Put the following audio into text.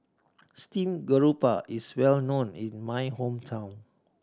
steamed grouper is well known in my hometown